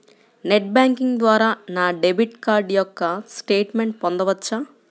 Net banking ద్వారా నా debit card యొక్క స్టేట్మెంట్ పొందవచ్చా?